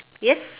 yes